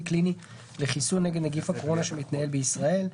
קליני לחיסון נגד נגיף הקורונה שמתנהל בישראל.